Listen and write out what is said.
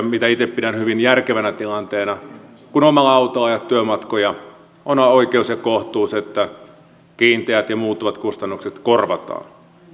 mitä itse pidän hyvin järkevänä tilanteena että kun omalla autolla ajat työmatkoja on on oikeus ja kohtuus että kiinteät ja muuttuvat kustannukset korvataan